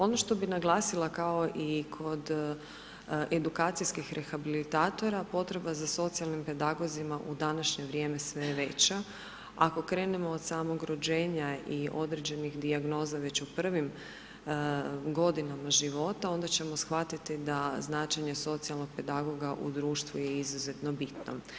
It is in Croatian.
Ono bi što naglasila kao i kod edukacijskih rehabilitatora potreba za socijalnim pedagozima u današnje vrijeme sve je veća, ako krenemo od samog rođenja i određenih dijagnoza već u prvim godinama života onda ćemo shvatiti da značenje socijalnog pedagoga u društvu je izuzetno bitno.